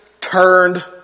turned